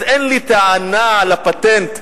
אז אין לי טענה על הפטנט,